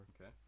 Okay